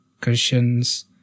cushions